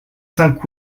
cinq